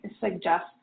suggest